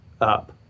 up